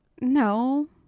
no